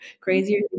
Crazier